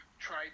Try